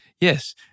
Yes